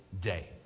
day